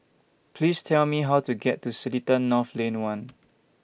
Please Tell Me How to get to Seletar North Lane one